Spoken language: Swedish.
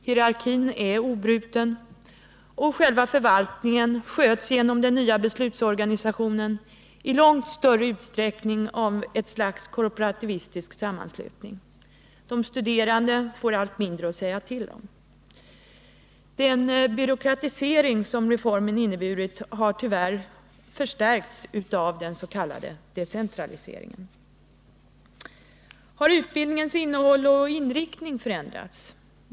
Hierarkin är obruten, och själva förvaltningen av högskolan sköts genom den nya beslutsorganisationen i långt större utsträckning av ett slags korporativistisk sammanslutning, där de studerande får allt mindre att säga till om. Den byråkratisering, som reformen inneburit, har tyvärr förstärkts av den s.k. decentraliseringen. Har utbildningens innehåll och inriktning förändrats?